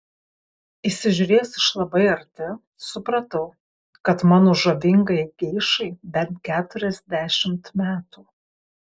įsižiūrėjęs iš labai arti supratau kad mano žavingajai geišai bent keturiasdešimt metų